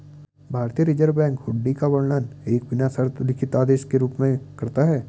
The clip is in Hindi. भारतीय रिज़र्व बैंक हुंडी का वर्णन एक बिना शर्त लिखित आदेश के रूप में करता है